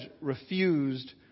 refused